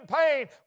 pain